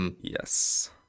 Yes